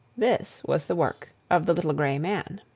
this was the work of the little grey man.